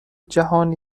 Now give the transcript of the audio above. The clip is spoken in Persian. جهانی